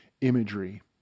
imagery